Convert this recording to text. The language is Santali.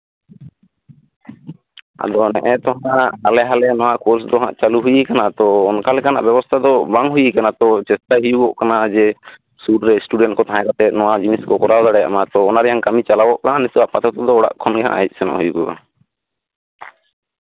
ᱟᱫᱚ ᱱᱮᱜᱼᱮ ᱛᱚ ᱦᱟᱜ ᱦᱟᱞᱮ ᱦᱟᱞᱮ ᱱᱚᱣᱟ ᱠᱳᱨᱥ ᱫᱚ ᱦᱟᱜ ᱪᱟᱹᱞᱩ ᱦᱩᱭ ᱠᱟᱱᱟ ᱛᱚ ᱚᱱᱠᱟ ᱞᱮᱠᱟᱱᱟᱜ ᱵᱮᱵᱚᱥᱛᱷᱟ ᱫᱚ ᱵᱟᱝ ᱦᱩᱭ ᱠᱟᱱᱟ ᱪᱮᱥᱴᱟᱭ ᱦᱩᱭᱩᱜ ᱠᱟᱱᱟ ᱡᱮ ᱥᱩᱨᱨᱮ ᱤᱥᱴᱩᱰᱮᱱᱴ ᱠᱚ ᱛᱟᱦᱮ ᱠᱟᱛᱮᱜ ᱱᱚᱣᱟ ᱡᱤᱱᱤᱥ ᱠᱚ ᱠᱚᱨᱟᱣ ᱫᱟᱲᱮᱭᱟᱜ ᱚᱱᱟ ᱡᱮᱱᱚ ᱠᱟᱹᱢᱤ ᱪᱟᱞᱟᱣᱚᱜ ᱠᱟᱱᱟ ᱱᱤᱛᱚᱜ ᱟᱯᱟᱛᱚᱛᱚ ᱚᱲᱟᱜ ᱠᱷᱚᱱᱜᱮ ᱦᱮᱡ ᱥᱮᱱ ᱦᱩᱭᱩᱜᱼᱟ